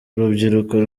urubyiruko